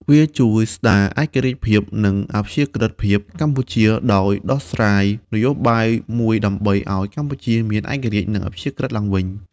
វាជួយស្ដារឯករាជ្យភាព និងអព្យាក្រឹត្យភាពកម្ពុជា ដោយដោះស្រាយនយោបាយមួយដើម្បីឱ្យកម្ពុជាមានឯករាជ្យ និងអព្យាក្រឹត្យឡើងវិញ។